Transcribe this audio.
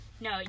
No